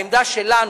העמדה שלנו,